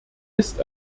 ist